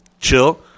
chill